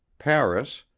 paris,